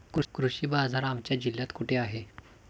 कृषी बाजार आमच्या जिल्ह्यात कुठे आहे?